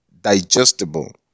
digestible